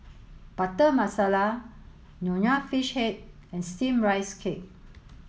butter masala nonya fish head and steam rice cake